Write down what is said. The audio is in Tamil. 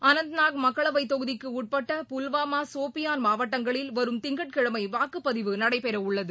அனந்த்நாக் மக்களவைத் தொகுதிக்குஉட்பட்ட புல்வாமா சோபியான் மாவட்டங்களில் வரும் திங்கட்கிழமைவாக்குப்பதிவு நடைபெறஉள்ளது